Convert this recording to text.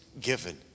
given